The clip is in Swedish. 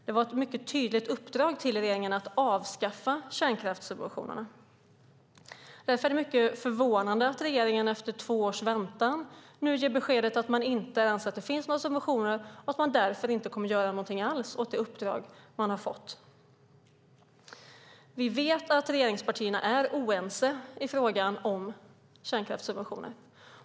Det var ett mycket tydligt uppdrag till regeringen att avskaffa kärnkraftssubventionerna. Därför är det mycket förvånande att regeringen efter två års väntan nu ger beskedet att man inte anser att det finns några subventioner och att man därför inte kommer att göra någonting alls åt det uppdrag man fått. Vi vet att regeringspartierna är oense i frågan om kärnkraftssubventioner.